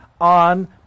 on